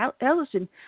Ellison